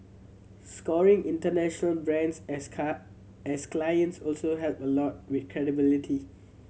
scoring international brands as as clients also help a lot with credibility